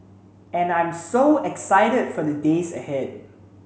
and I'm so excited for the days ahead